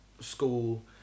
school